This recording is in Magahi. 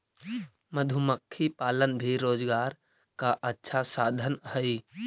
मधुमक्खी पालन भी रोजगार का अच्छा साधन हई